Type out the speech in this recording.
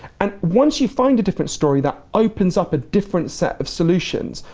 and once you find a different story, that opens up a different set of solutions,